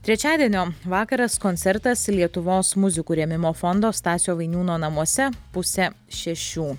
trečiadienio vakaras koncertas lietuvos muzikų rėmimo fondo stasio vainiūno namuose pusę šešių